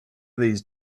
these